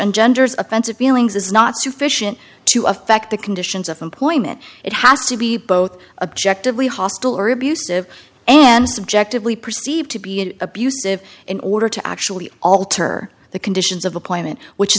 and genders offensive feelings is not sufficient to affect the conditions of employment it has to be both objective we hostile or abusive and subjectively perceived to be an abusive in order to actually alter the conditions of employment which